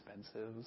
expensive